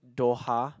Doha